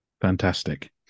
fantastic